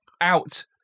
out